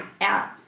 out